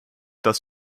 das